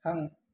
थां